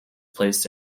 placed